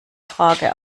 frage